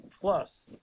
plus